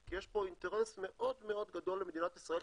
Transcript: כי יש פה אינטרס מאוד מאוד גדול למדינת ישראל,